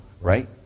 right